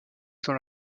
dans